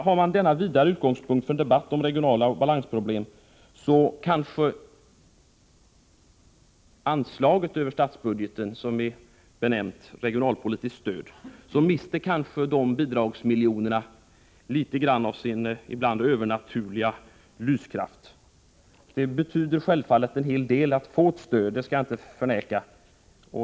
Har man denna utgångspunkt för en debatt om regionala balansproblem, så kanske anslaget över statsbudgeten, benämnt Regional politiskt stöd, mister litet av sin övernaturliga lyskraft. Det betyder självfallet en hel del att få ett stöd, det skall inte förnekas.